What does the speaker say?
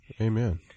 Amen